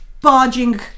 barging